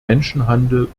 menschenhandel